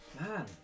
man